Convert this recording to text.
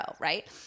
right